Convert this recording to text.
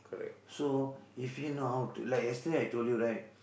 so if you know how to like yesterday I told you right